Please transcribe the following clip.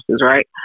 right